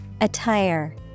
Attire